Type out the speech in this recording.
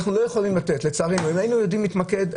אנחנו לא יכולים לתת ולא יודעים להתמקד,